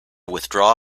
withdraw